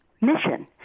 mission